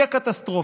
תהיה קטסטרופה.